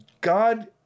God